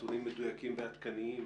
נתונים מדויקים ועדכניים